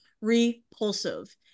repulsive